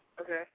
Okay